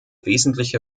wesentliche